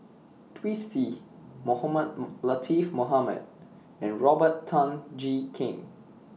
Twisstii Mohamed Latiff Mohamed and Robert Tan Jee Keng